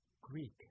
Greek